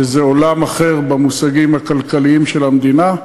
וזה עולם אחר במושגים הכלכליים של המדינה,